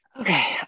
Okay